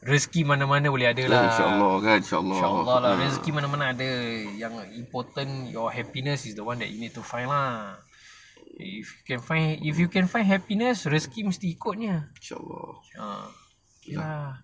rezeki mana-mana boleh ada lah inshaallah lah rezeki mana-mana ada yang important your happiness is the one that you need to find lah if can find if you can find happiness rezeki mesti ikut punya ah okay lah